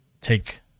Take